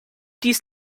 dies